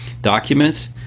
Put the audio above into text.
documents